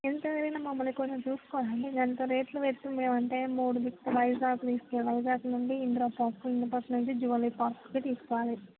ఎంత ఏదైనా మమ్మల్ని కొంచెం చూసుకోండి గంత రేట్లు పెడితే మేము అంటే మూడు వైజాగ్ తీసుకెళ్ళాలి వైజాగ్ నుండి ఇంద్ర పార్క్ నుండి జువాలజీ పార్క్కి తీసుకురావాలి